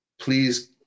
please